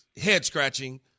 head-scratching